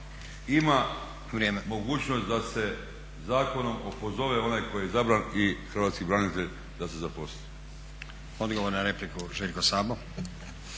ima mogućnost da se zakonom opozove onaj tko je izabran i hrvatski branitelj da se zaposli. **Stazić, Nenad (SDP)** Odgovor na repliku Željko Sabo.